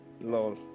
Lol